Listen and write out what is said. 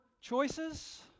choices